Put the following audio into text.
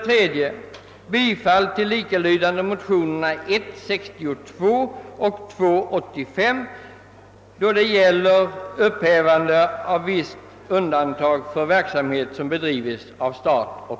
Vidare yrkar jag, under förutsättning att utskottsförslaget under A icke vinner riksdagens bifall: